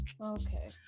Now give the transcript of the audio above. Okay